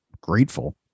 grateful